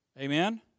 Amen